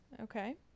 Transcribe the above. okay